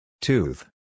Tooth